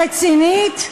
רצינית,